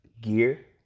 gear